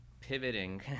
pivoting